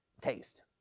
taste